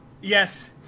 Yes